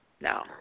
No